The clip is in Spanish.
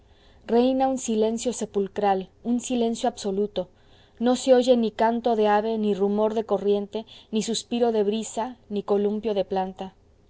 reina un silencio sepulcral un silencio absoluto no se oye ni canto de ave ni rumor de corriente ni suspiro de brisa ni columpio de planta